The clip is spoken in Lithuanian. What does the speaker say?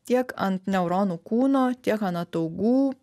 tiek ant neuronų kūno tiek an ataugų